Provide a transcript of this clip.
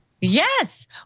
Yes